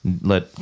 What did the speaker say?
let